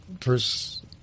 first